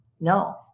no